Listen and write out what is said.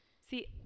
See